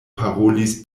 parolis